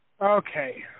Okay